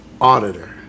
auditor